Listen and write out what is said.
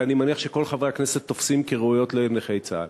ואני מניח שכל חברי הכנסת תופסים כראויות לנכי צה"ל.